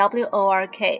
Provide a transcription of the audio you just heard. work